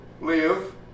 live